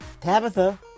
Tabitha